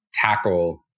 tackle